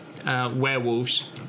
Werewolves